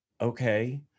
okay